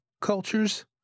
cultures